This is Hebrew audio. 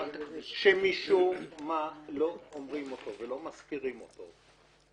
שלא אומרים אותו ולא מזכירים אותו,